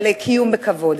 ולקיום בכבוד.